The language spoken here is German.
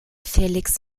felix